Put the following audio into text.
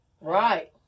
right